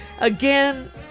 Again